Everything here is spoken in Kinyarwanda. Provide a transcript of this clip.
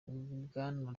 bwana